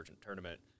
Tournament